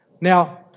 Now